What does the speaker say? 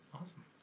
Awesome